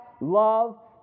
love